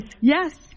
Yes